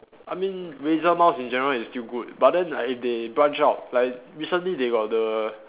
I mean Razer mouse in general is still good but then if they branch out like recently they got the